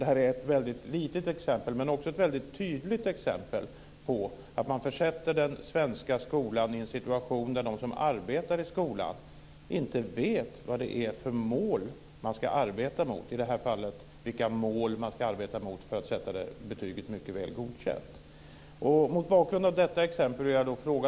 Det här är ett litet men också väldigt tydligt exempel på hur man försätter den svenska skolan i en situation där de som arbetar i skolan inte vet vad det är för mål som de ska arbeta mot, i det här fallet vilka mål de ska arbeta mot för att sätta betyget Mycket väl godkänd.